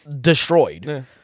destroyed